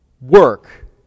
work